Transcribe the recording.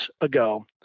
ago